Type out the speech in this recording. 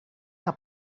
que